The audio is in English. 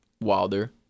Wilder